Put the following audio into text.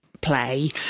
play